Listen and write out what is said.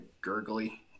gurgly